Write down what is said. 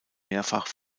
mehrfach